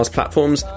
platforms